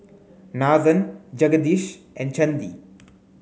Nathan Jagadish and Chandi